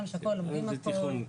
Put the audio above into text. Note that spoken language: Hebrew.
לומדים הכול.